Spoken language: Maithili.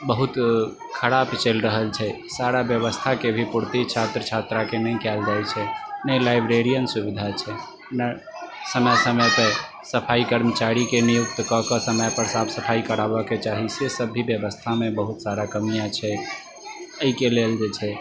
बहुत खराप चलि रहल छै सारा व्यवस्था के भी पूर्ति छात्र छात्रा के नहि कयल जाइ छै नहि लाइब्रेरीयन सुविधा छै नहि समय समय पे सफाई कर्मचारी के नियुक्त कऽ कऽ समय पर साफ सफाई कराबऽ के चाही से सब भी व्यवस्था मे बहुत सारा कमियाँ छै एहिके लेल जे छै